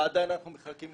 ועדיין אנחנו מחכים.